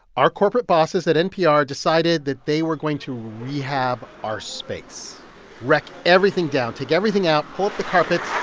our corporate bosses at npr decided that they were going to rehab our space wreck everything down, take everything out, pull up the carpets.